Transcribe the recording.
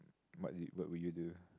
what you what would you do